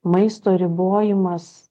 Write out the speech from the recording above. maisto ribojimas